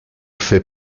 fait